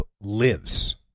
Lives